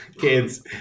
kids